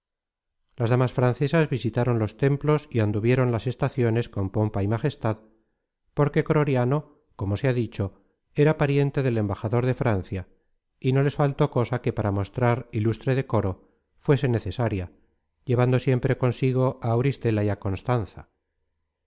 las damas francesas visitaron los templos y anduvieron las estaciones con pompa y majestad porque croriano como se ha dicho era pariente del embajador de francia y no les faltó cosa que para mostrar ilustre decoro fuese necesaria llevando siempre consigo á auristela y á constanza